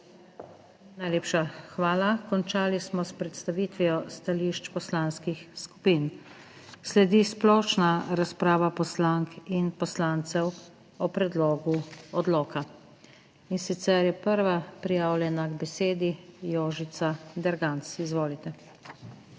Najlepša hvala. Končali smo s predstavitvijo stališč poslanskih skupin. Sledi splošna razprava poslank in poslancev o predlogu odloka in sicer je prva prijavljena k besedi Jožica Derganc. Izvolite.